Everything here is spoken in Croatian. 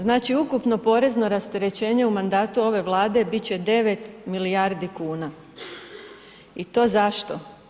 Znači ukupno porezno rasterećenje u mandatu ove Vlade bit će 9 milijardi kuna i to zašto?